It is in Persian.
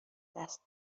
دست